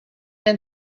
den